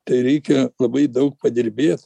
tai reikia labai daug padirbėt